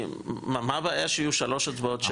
מה הבעיה שיהיו שלוש הצבעות שמיות?